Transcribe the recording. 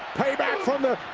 payback from the